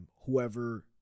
whoever